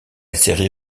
série